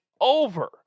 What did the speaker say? over